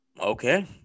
Okay